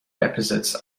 episodes